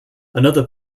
another